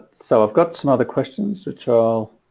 so i've got some other questions the child